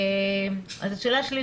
השאלה שלי,